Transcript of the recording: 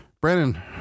brandon